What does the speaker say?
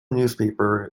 newspaper